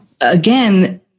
again